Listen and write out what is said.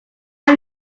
i’m